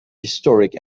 historic